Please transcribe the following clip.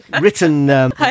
Written